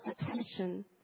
attention